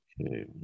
Okay